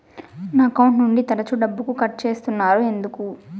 నా అకౌంట్ నుండి తరచు డబ్బుకు కట్ సేస్తున్నారు ఎందుకు